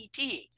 et